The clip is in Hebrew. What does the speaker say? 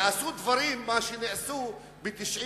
יעשו דברים כמו שנעשו ב-1994,